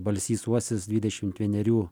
balsys uosis dvidešimt vienerių